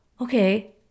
okay